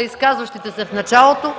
изказващия се в началото